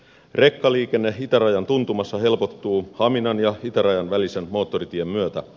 rekkaliikenne itärajan tuntumassa helpottuu haminan ja itärajan välisen moottoritien myötä